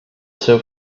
seu